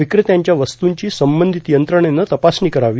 विकेत्यांच्या वस्तूंची संबंधित यंत्रणेनं तपासणी करावी